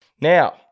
Now